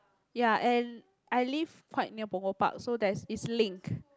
ya and I live quite near Punggol Park so that's it's linked